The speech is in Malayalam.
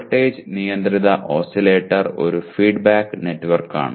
വോൾട്ടേജ് നിയന്ത്രിത ഓസിലേറ്റർ ഒരു ഫീഡ്ബാക്ക് നെറ്റ്വർക്കാണ്